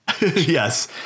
Yes